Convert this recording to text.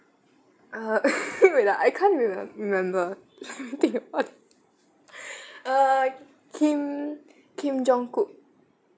uh wait ah I can't remem~ remember think about it uh kim kim jung kook